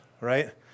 right